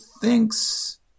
thinks